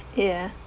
ya